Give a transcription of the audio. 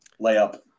Layup